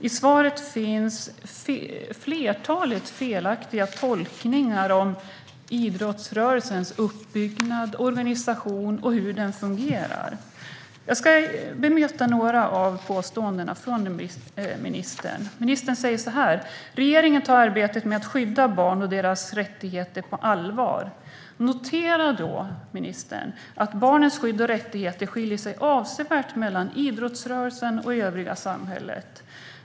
I svaret finns flera felaktiga tolkningar av idrottsrörelsens uppbyggnad och organisation och hur den fungerar. Jag ska bemöta några av påståendena från ministern. Ministern säger: Regeringen tar arbetet med att skydda barn och deras rättigheter på allvar. Notera då att barnens skydd och rättigheter skiljer sig avsevärt mellan idrottsrörelsen och övriga samhället.